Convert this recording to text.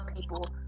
people